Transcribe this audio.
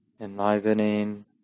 enlivening